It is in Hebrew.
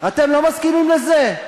אתם לא מסכימים לזה?